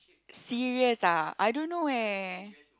serious ah I don't know eh